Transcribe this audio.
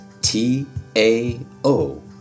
T-A-O